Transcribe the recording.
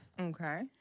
Okay